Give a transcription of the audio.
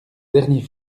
dernier